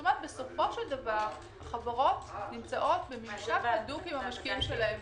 כלומר בסופו של דבר החברות נמצאות בקשר הדוק עם המשקיעים שלהן